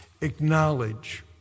acknowledge